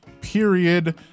period